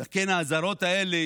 כן, האזהרות האלה